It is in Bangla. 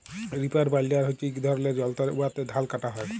রিপার বাইলডার হছে ইক ধরলের যল্তর উয়াতে ধাল কাটা হ্যয়